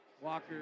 Walker